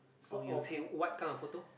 of of what kind of photo